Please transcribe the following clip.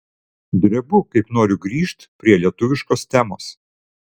drebu kaip noriu grįžt prie lietuviškos temos